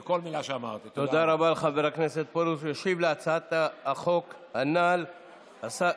הרבה זמן ואפשר לשווק אותה, לא.